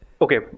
Okay